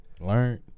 Learned